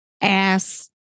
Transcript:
ass